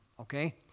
okay